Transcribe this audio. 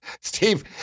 Steve